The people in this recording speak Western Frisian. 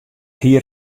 hie